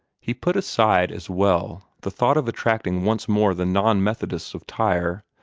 he put aside, as well the thought of attracting once more the non-methodists of tyre,